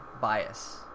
bias